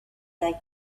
they